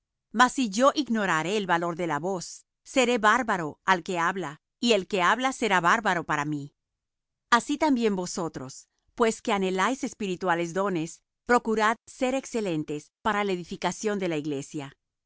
mas si yo ignorare el valor de la voz seré bárbaro al que habla y el que habla será bárbaro para mí así también vosotros pues que anheláis espirituales dones procurad ser excelentes para la edificación de la iglesia